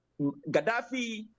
Gaddafi